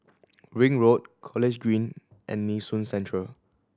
Ring Road College Green and Nee Soon Central